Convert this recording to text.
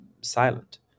silent